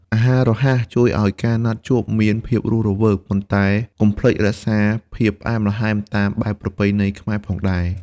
អាហាររហ័សជួយឱ្យការណាត់ជួបមានភាពរស់រវើក ប៉ុន្តែកុំភ្លេចរក្សាភាពផ្អែមល្ហែមតាមបែបប្រពៃណីខ្មែរផងដែរ។